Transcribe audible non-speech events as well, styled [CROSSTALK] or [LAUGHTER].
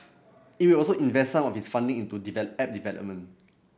it will also invest some of its funding into [UNINTELLIGIBLE] app development